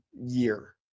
year